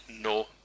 no